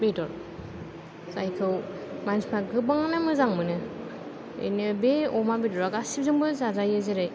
बेदर जायखौ मानसिफोरा गोबाङानो मोजां मोनो बेनो बे अमा बेदरा गासैजोंबो जाजायो जेरै